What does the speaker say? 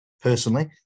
personally